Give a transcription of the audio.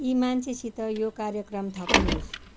यी मान्छेसित यो कार्यक्रम थप्नुहोस्